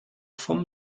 vom